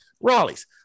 Raleigh's